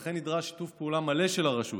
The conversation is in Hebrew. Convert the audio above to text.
לכן, נדרש שיתוף פעולה מלא של הרשות